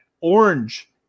orange